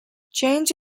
change